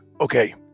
Okay